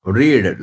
read